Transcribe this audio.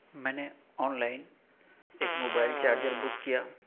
میں نے online ایک موبائل چارجر بک کیا